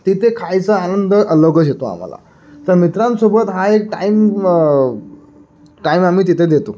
तिथे खायचा आनंद अलगच येतो आम्हाला तर मित्रांसोबत हा एक टाईम कायम आम्ही तिथे देतो